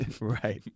Right